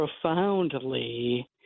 profoundly